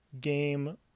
game